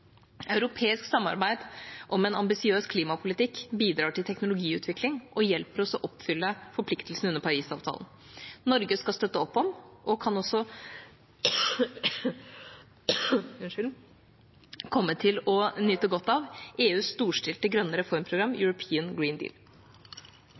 Europeisk samarbeid om en ambisiøs klimapolitikk bidrar til teknologiutvikling og hjelper oss med å oppfylle forpliktelsene under Parisavtalen. Norge skal støtte opp om – og kan også komme til å nyte godt av – EUs storstilte grønne reformprogram